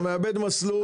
אתה מאבד מסלול,